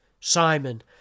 Simon